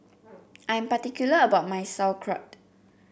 I am particular about my Sauerkraut